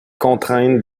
contraintes